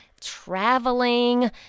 traveling